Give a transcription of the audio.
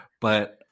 but-